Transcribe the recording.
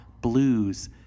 blues